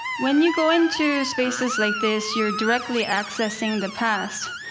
when you go into spaces like this, you're directly accessing the past,